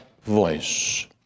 voice